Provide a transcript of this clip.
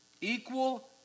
Equal